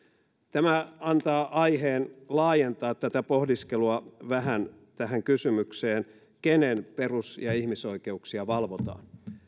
tämä antaa aiheen laajentaa tätä pohdiskelua vähän siihen kysymykseen kenen perus ja ihmisoikeuksia valvotaan